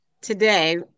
today